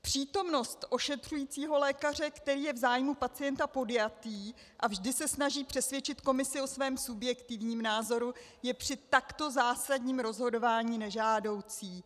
Přítomnost ošetřujícího lékaře, který je v zájmu pacienta podjatý a vždy se snaží přesvědčit komisi o svém subjektivním názoru, je při takto zásadním rozhodování nežádoucí.